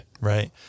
right